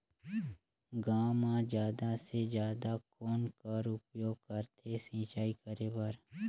गांव म जादा से जादा कौन कर उपयोग करथे सिंचाई करे बर?